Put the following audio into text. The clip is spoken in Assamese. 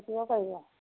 এতিয়াও পাৰিব